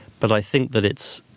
but i think that it's,